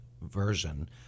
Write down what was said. version